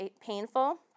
painful